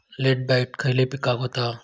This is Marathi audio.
लेट ब्लाइट खयले पिकांका होता?